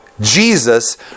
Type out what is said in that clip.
Jesus